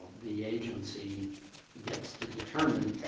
the agency gets to determine